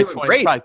great